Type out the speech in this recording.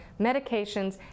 medications